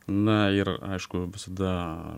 na ir aišku visada